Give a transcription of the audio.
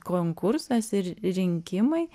konkursas ir rinkimai